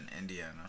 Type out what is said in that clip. Indiana